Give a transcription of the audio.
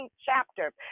chapter